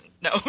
No